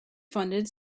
funded